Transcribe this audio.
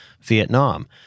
Vietnam